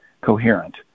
coherent